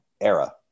era